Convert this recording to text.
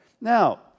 Now